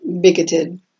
bigoted